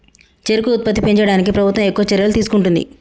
చెరుకు ఉత్పత్తి పెంచడానికి ప్రభుత్వం ఎక్కువ చర్యలు తీసుకుంటుంది